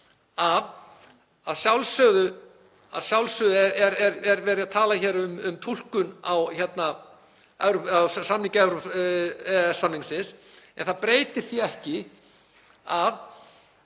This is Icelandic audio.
að sjálfsögðu er verið að tala um túlkun á EES-samningnum en það breytir því ekki að